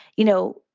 you know,